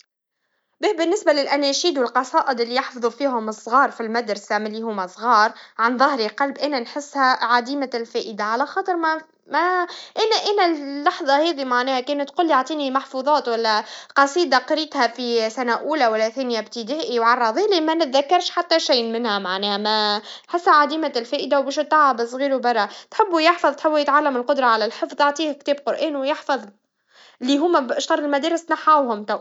حفظ القصائد مهم لأنه ينمّي ذاكرة الطفل ويقوّي قدراته العقلية. القصائد مش فقط كلمات، هي وسيلة لفهم الإيقاع والشعر وفن التعبير. كما تساعد في تنمية المشاعر الجمالية والقدرة على التعبير عن الذات. هذا كله يعزز شخصية الطفل ويشجعه على التفاعل مع الأدب والفنون.